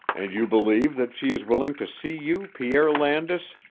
and you believe that she is willing to see you, pierre landis?